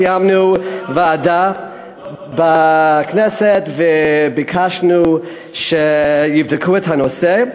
אנחנו קיימנו ישיבת ועדה בכנסת וביקשנו שיבדקו את הנושא.